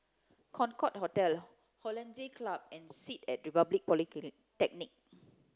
Concorde Hotel Hollandse Club and Sit at Republic Poly technic